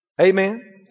Amen